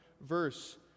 verse